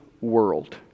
world